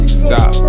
stop